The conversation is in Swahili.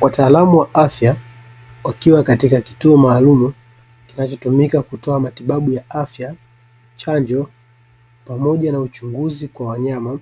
Wataalamu wa afya wakiwa katika kituo maalumu kinachotumika kutoa matibabu ya afya, chanjo, pamoja na uchunguzi kwa wanyama ,